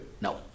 No